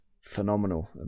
phenomenal